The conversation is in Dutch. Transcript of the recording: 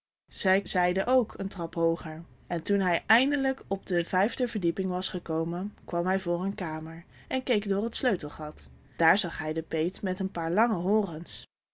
zij zeiden ook een trap hooger en toen hij eindelijk op de vijfde verdieping was gekomen kwam hij voor een kamer en keek door het sleutelgat daar zag hij den peet met een paar lange horens